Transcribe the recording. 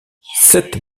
sept